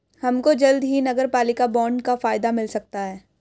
हमको जल्द ही नगरपालिका बॉन्ड का फायदा मिल सकता है